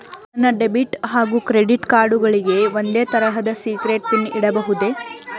ನನ್ನ ಡೆಬಿಟ್ ಹಾಗೂ credit card ಗಳಿಗೆ ಒಂದೇ ತರಹದ ಸೀಕ್ರೇಟ್ ಪಿನ್ ಇಡಬಹುದೇ?